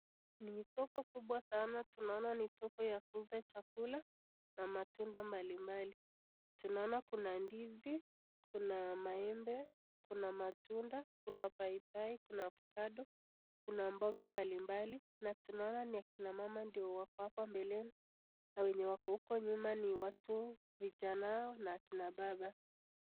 Kwenye soko kubwa sana, tunaona ni soko ya kuuza chakula na matunda mbalimbali. Tunaona kuna ndizi, kuna maembe, kuna matunda, kuna paipai na ovakado, kuna mboga mbalimbali na tunaona ni akina mama ndio wako hapa mbeleni na wenye wako huko nyuma ni watu vijana na akina baba.